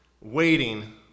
waiting